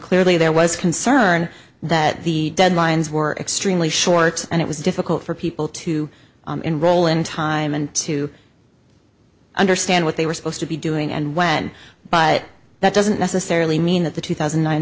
clearly there was concern that the deadlines were extremely short and it was difficult for people to enroll in time and to i understand what they were supposed to be doing and when but that doesn't necessarily mean that the two thousand